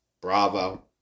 Bravo